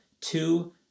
two